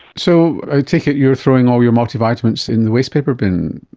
so i take it you're throwing all your multivitamins in the wastepaper bin?